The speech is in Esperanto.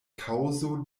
kaŭzo